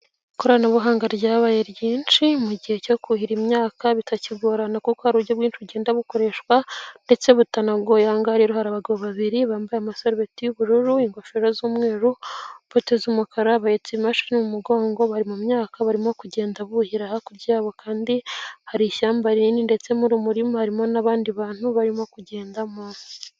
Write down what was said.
Ikoranabuhanga ryabaye ryinshi mu gihe cyo kuhira imyaka bitakigorana kuko hari ari uburyo bwinshi bugenda bukoreshwa ndetse butanagoye, ahangaha rero hari abagabo babiri bambaye amasabeti y'ubururu, ingofero z'umweru, boto z'umukara, bahetse imashini mu mugongo, bari mu myaka barimo kugenda buhira, hakurya yabo kandi hari ishyamba rinini ndetse mu murima harimo n'abandi bantu barimo kugenda munsi.